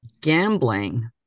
gambling